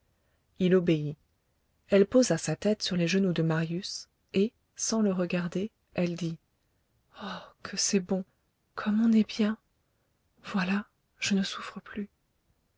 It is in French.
il obéit elle posa sa tête sur les genoux de marius et sans le regarder elle dit oh que c'est bon comme on est bien voilà je ne souffre plus